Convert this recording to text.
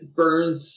burns